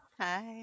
Hi